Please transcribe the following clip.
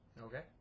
Okay